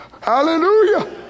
Hallelujah